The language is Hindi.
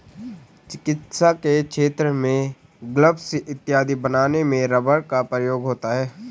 चिकित्सा के क्षेत्र में ग्लब्स इत्यादि बनाने में रबर का प्रयोग होता है